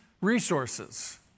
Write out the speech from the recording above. resources